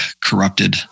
corrupted